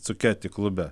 suketi klube